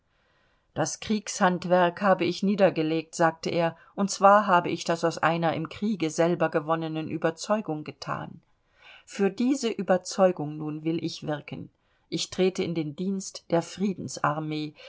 das kriegshandwerk habe ich niedergelegt sagte er und zwar habe ich das aus einer im kriege selber gewonnenen überzeugung gethan für diese überzeugung nun will ich wirken ich trete in den dienst der friedensarmee